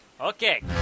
Okay